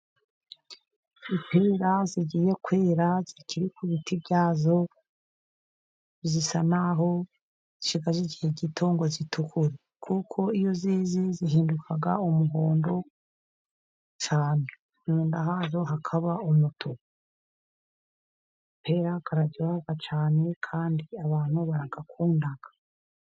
Amapera agiye kwera akiri ku biti byayo, asa n'aho ashigaje igihe gito ngo atukure, kuko iyo yeze ahinduka umuhondo, cyane mu nda hayo hakaba umutuku. amapera araryoha cyane, kandi abantu barayakunda.